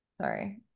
sorry